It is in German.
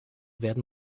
werden